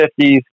fifties